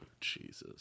Jesus